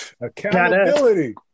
Accountability